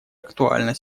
актуально